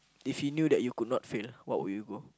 if you knew that you could not fail what would you go